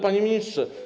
Panie Ministrze!